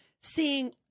seeing